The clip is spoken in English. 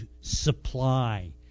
supply